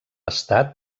estat